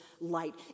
light